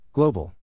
Global